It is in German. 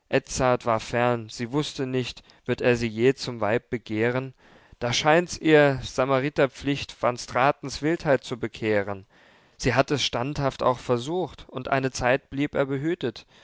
war fern sie wußte nicht würd er sie je zum weib begehren da schien's ihr samariterpflicht van stratens wildheit zu bekehren sie hatt es standhaft auch versucht und eine zeit blieb er behütet